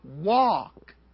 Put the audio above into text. walk